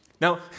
Now